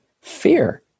fear